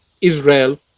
Israel